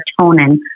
serotonin